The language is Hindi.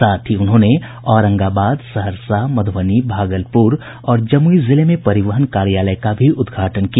साथ ही उन्होंने औरंगाबाद सहरसा मधुबनी भागलपुर और जमुई जिले में परिवहन कार्यालय का भी उद्घाटन किया